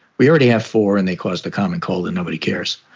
we already have four and they cause the common cold and nobody cares.